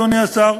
אדוני השר.